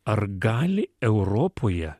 ar gali europoje